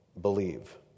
believe